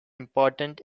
important